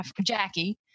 Jackie